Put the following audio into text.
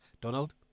Donald